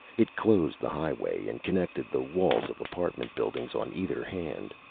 it closed the highway and connected the walls of apartment buildings on either hand.